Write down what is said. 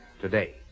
today